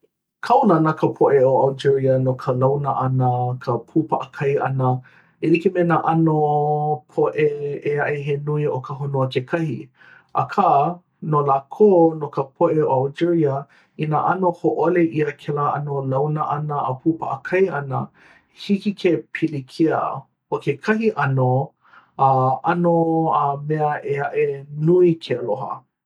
kaulana ka poʻe ʻo algeria no ka launa ʻana ka pū paʻakai ʻana e like me nā ʻano poʻe ʻē aʻe he nui o ka honua kekahi akā no lākou no ka poʻe ʻo algeria inā ʻano hōʻole ʻia kēlā ʻano launa ʻana a pū paʻakai ʻana hiki ke pilikia ʻo kekahi ʻano a ʻano a mea ʻē aʻe nui ke aloha.